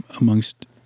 amongst